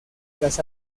las